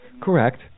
Correct